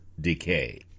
decay